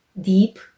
deep